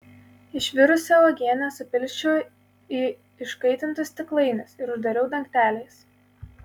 išvirusią uogienę supilsčiau į iškaitintus stiklainius ir uždariau dangteliais